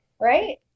right